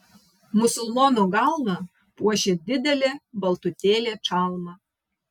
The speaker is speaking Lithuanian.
musulmono galvą puošė didelė baltutėlė čalma